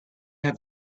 have